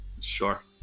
sure